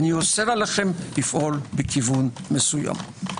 אני אוסר עליכם לפעול בכיוון מסוים.